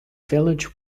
village